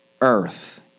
earth